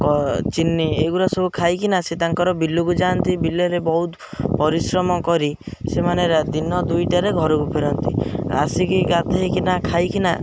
ଚିନି ଏଗୁଡ଼ା ସବୁ ଖାଇକିନା ସେ ତାଙ୍କର ବିଲକୁ ଯାଆନ୍ତି ବିଲରେ ବହୁତ ପରିଶ୍ରମ କରି ସେମାନେ ଦିନ ଦୁଇଟାରେ ଘରକୁ ଫେରନ୍ତି ଆସିକି ଗାଧେଇକିନା ଖାଇକିନା